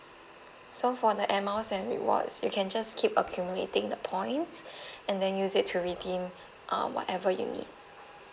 so for the air miles and rewards you can just keep accumulating the points and then use it to redeem uh whatever you need